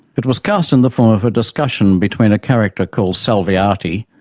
it was cast in the form of a discussion between a character called salviati,